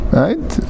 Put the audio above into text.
right